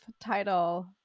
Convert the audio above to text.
title